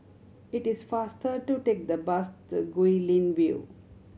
it is faster to take the bus to Guilin View